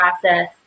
process